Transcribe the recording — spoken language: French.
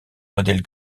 modèles